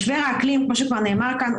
כפי שכבר נאמר כאן,